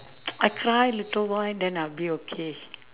I cry little while then I'll be okay